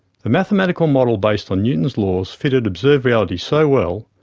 the mathematical model based on newtown's laws fitted observed reality so well,